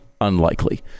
unlikely